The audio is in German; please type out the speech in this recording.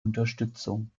unterstützung